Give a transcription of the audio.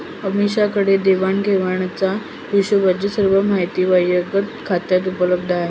अमीषाकडे देण्याघेण्याचा हिशोबची सर्व माहिती व्यक्तिगत खात्यात उपलब्ध आहे